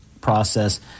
process